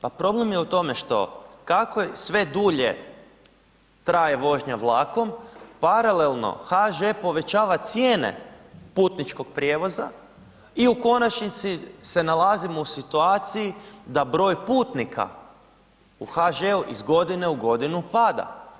Pa problem je u tome što kako je sve dulje traje vožnja vlakom, paralelno HŽ povećava cijene putničkog prijevoza i u konačnici se nalazimo u situaciji da broj putnika u HŽ-u iz godine u godinu pada.